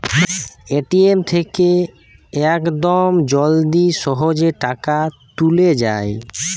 ATM থেকে ইয়াকদম জলদি সহজে টাকা তুলে যায়